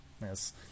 yes